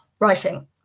Writing